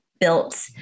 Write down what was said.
built